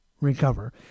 recover